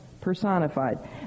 personified